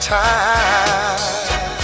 time